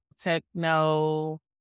techno